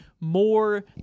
More